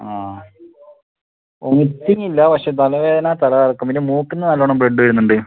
ആ വൊമിറ്റിംഗ് ഇല്ല പക്ഷേ തലവേദന തലകറക്കം പിന്നെ മൂക്കിൽ നിന്ന് നല്ലോണം ബ്ലഡ് വരുന്നുണ്ട്